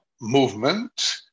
movement